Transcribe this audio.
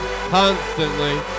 constantly